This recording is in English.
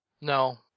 No